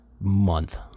month